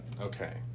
Okay